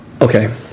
Okay